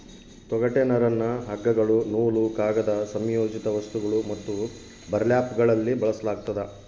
ತೊಗಟೆ ನರನ್ನ ಹಗ್ಗಗಳು ನೂಲು ಕಾಗದ ಸಂಯೋಜಿತ ವಸ್ತುಗಳು ಮತ್ತು ಬರ್ಲ್ಯಾಪ್ಗಳಲ್ಲಿ ಬಳಸಲಾಗ್ತದ